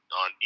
on